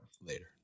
later